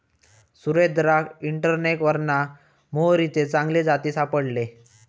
सुरेंद्राक इंटरनेटवरना मोहरीचे चांगले जाती सापडले